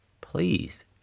please